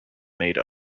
made